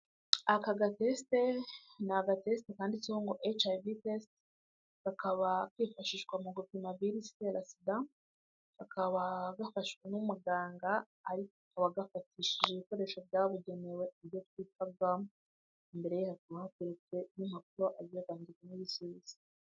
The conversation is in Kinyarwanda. Aka gatesite, ni agatesite kanditseho ngo HIV test, kakaba kifashishwa mu gupima virusi itera SIDA, kakaba gafashwe n'umuganga ariko akaba agafatishije ibikoresho byabugenewe, ibyo twita Gamu, imbere ye hakaba hateretse n'impapuro agiye kwandikaho ibisubizo.